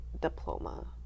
diploma